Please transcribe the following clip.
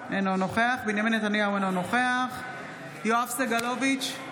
אינו נוכח בנימין נתניהו, אינו נוכח יואב סגלוביץ'